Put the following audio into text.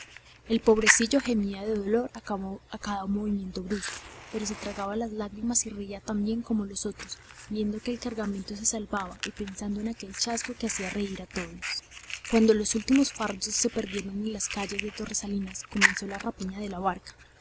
el pobrecillo gemía de dolor a cada movimiento brusco pero se tragaba las lágrimas y reía también como los otros viendo que el cargamento se salvaba y pensando en aquel chasco que hacía reír a todos cuando los últimos fardos se perdieron en las calles de torresalinas comenzó la rapiña de la barca